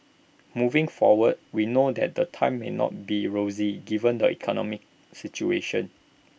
moving forward we know that the times may not be rosy given the economic situation